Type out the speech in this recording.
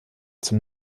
zum